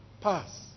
pass